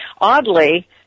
Oddly